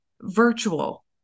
virtual